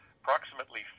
approximately